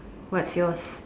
what's yours